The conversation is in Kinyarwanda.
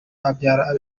abyara